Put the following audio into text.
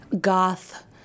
goth